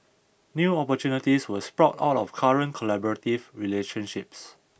new opportunities will sprout all out of current collaborative relationships